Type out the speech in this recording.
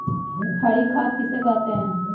हरी खाद किसे कहते हैं?